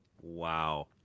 Wow